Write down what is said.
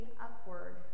upward